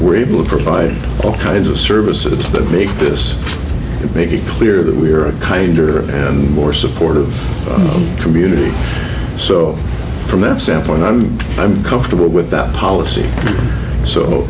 we're able to provide all kinds of services to make this make it clear that we're a kinder and more supportive community so from that standpoint i'm i'm comfortable with that policy so